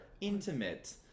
intimate